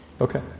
Okay